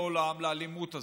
לאלימות הזאת,